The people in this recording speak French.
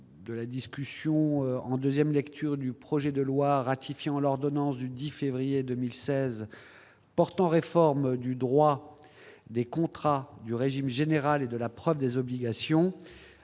de la commission, modifié, l'ensemble du projet de loi ratifiant l'ordonnance n° 2016-131 du 10 février 2016 portant réforme du droit des contrats, du régime général et de la preuve des obligations